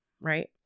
Right